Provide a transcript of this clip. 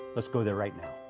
let's go there right now.